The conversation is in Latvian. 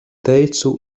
teicu